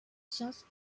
sciences